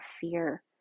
fear